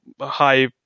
high